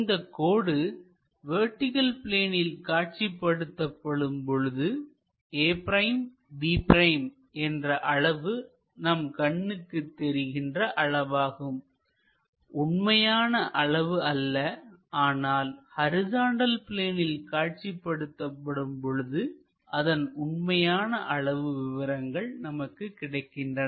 இந்தக் கோடு வெர்டிகள் பிளேனில் காட்சிப்படுத்தப்படும் பொழுது a'b' என்ற அளவு நம் கண்ணுக்கு தெரிகின்ற அளவாகும் உண்மையான அளவு அல்ல ஆனால் ஹரிசாண்டல் பிளேனில் காட்சிப்படுத்தப்படும் பொழுது அதன் உண்மையான அளவு விவரங்கள் நமக்கு கிடைக்கின்றன